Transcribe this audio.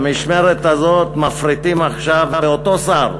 במשמרת הזאת מפריטים עכשיו, ואותו שר,